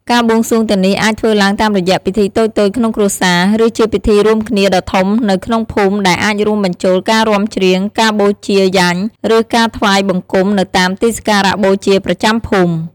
ការបួងសួងទាំងនេះអាចធ្វើឡើងតាមរយៈពិធីតូចៗក្នុងគ្រួសារ ឬជាពិធីរួមគ្នាដ៏ធំនៅក្នុងភូមិដែលអាចរួមបញ្ចូលការរាំច្រៀង ការបូជាយញ្ញ ឬការថ្វាយបង្គំនៅតាមទីសក្ការៈបូជាប្រចាំភូមិ។